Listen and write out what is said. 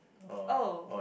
oh